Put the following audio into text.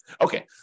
Okay